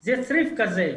זה צריף כזה.